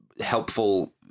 helpful